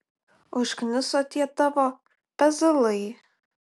užkniso tie tavo pezalai